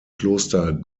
kloster